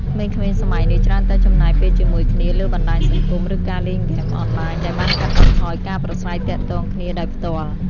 ក្មេងៗសម័យនេះច្រើនតែចំណាយពេលជាមួយគ្នាលើបណ្តាញសង្គមឬការលេងហ្គេមអនឡាញ ដែលបានកាត់បន្ថយការប្រាស្រ័យទាក់ទងគ្នាដោយផ្ទាល់។